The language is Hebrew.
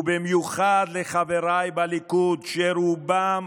ובמיוחד לחבריי בליכוד, שרובם,